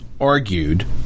Argued